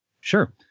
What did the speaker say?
Sure